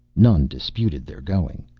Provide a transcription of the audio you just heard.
none disputed their going.